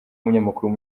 umunyamakuru